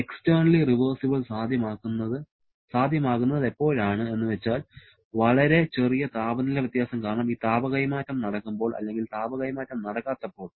externally reversible സാധ്യമാകുന്നത് എപ്പോഴാണ് എന്ന് വെച്ചാൽ വളരെ ചെറിയ താപനില വ്യത്യാസം കാരണം ഈ താപ കൈമാറ്റം നടക്കുമ്പോൾ അല്ലെങ്കിൽ താപ കൈമാറ്റം നടക്കാത്തപ്പോൾ